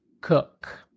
Cook